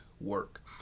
work